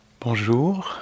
Bonjour